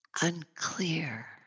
unclear